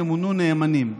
ימונו נאמנים,